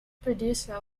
producer